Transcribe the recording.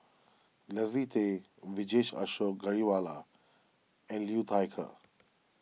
Leslie Tay Vijesh Ashok Ghariwala and Liu Thai Ker